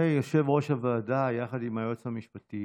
יפנה יושב-ראש הוועדה יחד עם היועץ המשפטי,